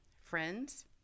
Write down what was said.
friends